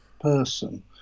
person